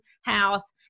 house